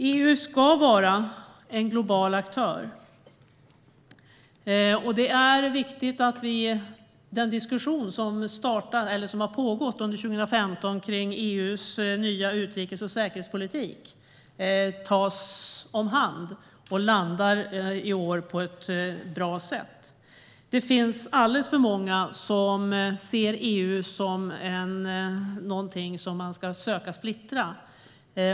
EU ska vara en global aktör, och det är viktigt att den diskussion som har pågått under 2015 om EU:s nya utrikes och säkerhetspolitik tas om hand och i år landar på ett bra sätt. Det finns alldeles för många som ser EU som någonting som man ska försöka splittra.